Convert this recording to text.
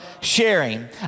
sharing